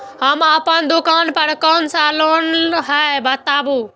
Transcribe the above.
हम अपन दुकान पर कोन सा लोन हैं बताबू?